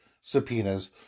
subpoenas